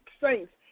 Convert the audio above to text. saints